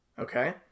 Okay